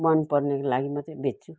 मनपर्नेको लागि मात्रै बेच्छु